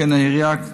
שכן היריעה קצרה,